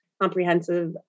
comprehensive